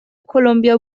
کلمبیا